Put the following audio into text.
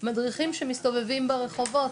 מדריכים שמסתובבים ברחובות,